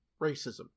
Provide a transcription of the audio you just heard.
racism